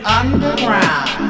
underground